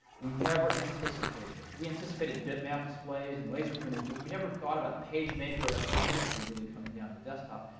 we never anticipated it. we anticipated bitmap displays and laser printers, but we never thought about page maker that whole industry really coming down to the desktop.